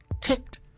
ticked